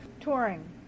Touring